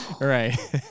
Right